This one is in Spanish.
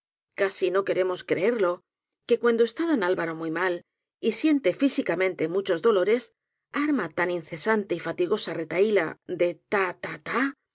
casi no queremos creerlo que cuando está don alvaro muy mal y siente físi camente muchos dolores arma tan incesante y fa tigosa retahila de